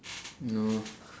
no